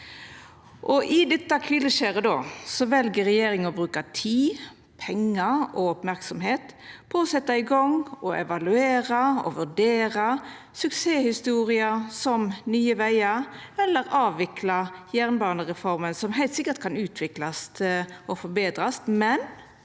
I dette kvileskjeret vel regjeringa å bruka tid, pengar og merksemd på å setja i gang, evaluera og vurdera suksesshistorier som Nye vegar, eller avvikla jernbanereforma, som heilt sikkert kan utviklast og forbetrast,